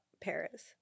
paris